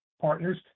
partners